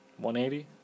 180